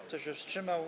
Kto się wstrzymał?